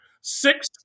six